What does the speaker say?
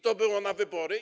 To było na wybory?